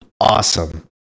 awesome